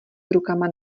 rukama